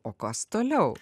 o kas toliau